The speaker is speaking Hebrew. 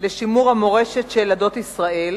לשימור המורשת של עדות ישראל,